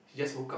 she just woke up